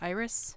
Iris